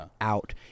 out